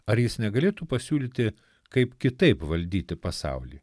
ar jis negalėtų pasiūlyti kaip kitaip valdyti pasaulį